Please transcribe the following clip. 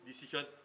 decision